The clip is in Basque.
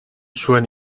zuen